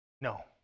No